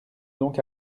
donc